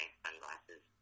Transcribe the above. sunglasses